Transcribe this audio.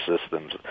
systems